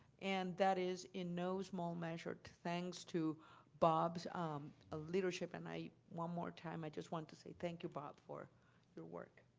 and that is in no small measure thanks to bob's um leadership and i, one more time, i just want to say thank you, bob, for your work.